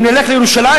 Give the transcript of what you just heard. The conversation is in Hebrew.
אם נלך לירושלים,